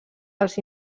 als